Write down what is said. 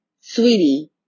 sweetie